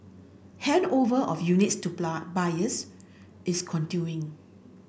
handover of units to buyers is continuing